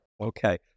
Okay